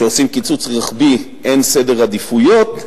כשעושים קיצוץ רוחבי אין סדר עדיפויות,